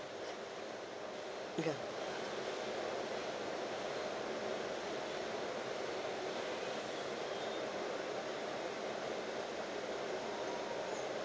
ya